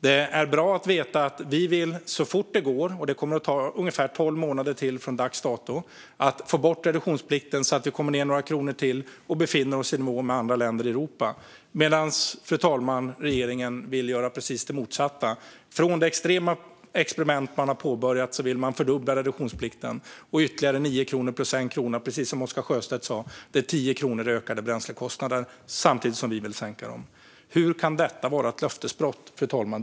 Det är också bra att veta att regeringen så fort det går vill få bort reduktionsplikten så att vi kommer ned några kronor till. Det kommer att ta ungefär tolv månader från dags dato. Då kommer vi att befinna oss i nivå med andra länder i Europa. Socialdemokraterna vill göra det precis motsatta. Från det extrema experiment man påbörjat vill man fördubbla reduktionsplikten. Ytterligare 9 kronor plus 1 krona är, precis som Oscar Sjöstedt sa, 10 kronor i ökade bränslekostnader. Vi vill samtidigt sänka dem. Hur kan detta vara ett löftesbrott, fru talman?